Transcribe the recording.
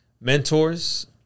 mentors